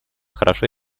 хорошо